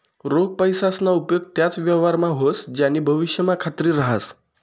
रोख पैसासना उपेग त्याच व्यवहारमा व्हस ज्यानी भविष्यमा खात्री रहास